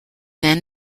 then